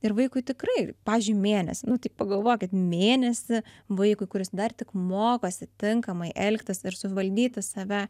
ir vaikui tikrai pavyzdžiui mėnesį nu tai pagalvokit mėnesį vaikui kuris dar tik mokosi tinkamai elgtis ir suvaldyti save